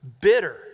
bitter